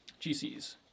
GCs